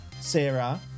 Sarah